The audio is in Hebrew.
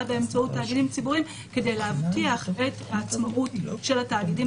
באמצעות תאגידים ציבוריים כדי להבטיח את העצמאות של התאגידים